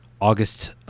August